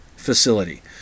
facility